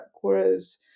whereas